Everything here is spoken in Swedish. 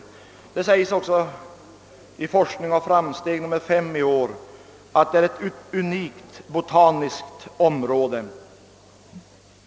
i år heter det att trakten kring Kaitumsjöarna är ett unikt botaniskt område.